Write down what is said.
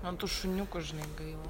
man tų šuniukų žinai gaila